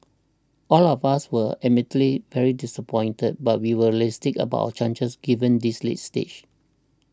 all of us were admittedly very disappointed but we were realistic about chances given this late stage